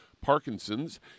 Parkinson's